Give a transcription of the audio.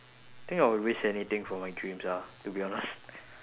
think I'll risk anything for my dreams ah to be honest